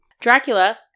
Dracula